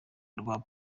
rwa